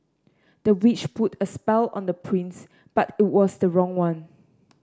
the witch put a spell on the prince but it was the wrong one